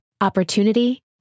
opportunity